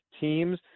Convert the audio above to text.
teams